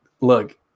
look